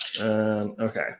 Okay